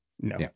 No